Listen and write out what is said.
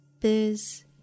biz